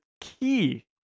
key